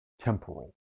temporal